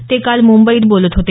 ते काल मुंबईत बोलत होते